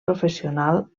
professional